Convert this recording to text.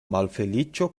malfeliĉo